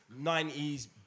90s